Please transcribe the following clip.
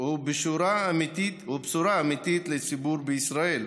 ולבשורה אמיתית לציבור בישראל.